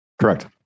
Correct